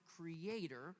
creator